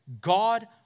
God